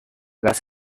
nggak